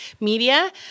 Media